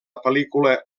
pel·lícula